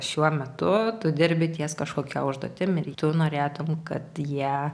šiuo metu tu dirbi ties kažkokia užduotim ir tu norėtum kad jie